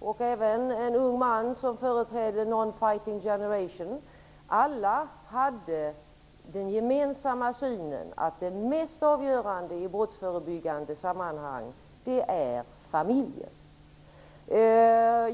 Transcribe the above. och även en ung man som företrädde Non fighting generation deltog. Alla hade den gemensamma synen att det mest avgörande i brottsförebyggande sammanhang är familjen.